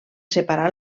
separar